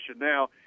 now